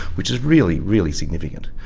which is really, really significant.